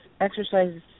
exercises